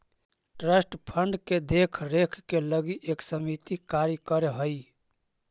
trust fund के देख रेख के लगी एक समिति कार्य कर हई